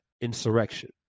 insurrection